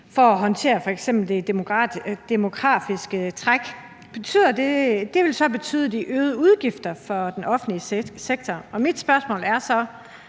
at håndtere det demografiske træk, så vil det betyde øgede udgifter for den offentlige sektor. Og mit spørgsmål er så